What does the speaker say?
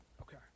Okay